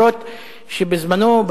אף-על-פי שבדצמבר,